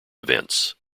events